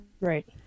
Right